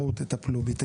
בואו תטפלו בי,